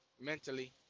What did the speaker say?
mentally